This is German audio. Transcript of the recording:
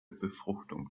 befruchtung